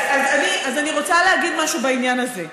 אז אני רוצה להגיד משהו בעניין הזה.